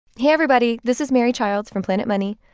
hey everybody. this is mary childs from planet money.